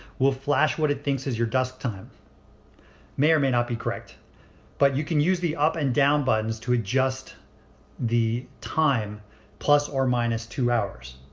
will flash what it thinks is your dusk time. it may or may not be correct but you can use the up and down buttons to adjust the time plus or minus two hours.